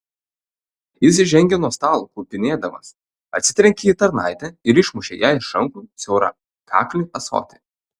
jis žengė nuo stalo klupinėdamas atsitrenkė į tarnaitę ir išmušė jai iš rankų siaurakaklį ąsotį